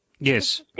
Yes